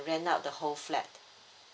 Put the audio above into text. rent out the whole flat